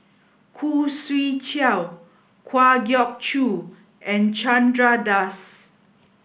Khoo Swee Chiow Kwa Geok Choo and Chandra Das